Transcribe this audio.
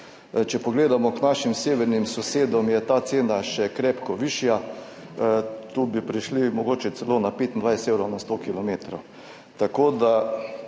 Če pogledamo k našim severnim sosedom, je ta cena še krepko višja, tu bi prišli mogoče celo na 25 evrov na 100 kilometrov.